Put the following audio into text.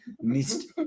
missed